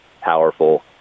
powerful